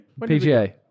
PGA